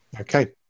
Okay